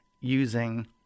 using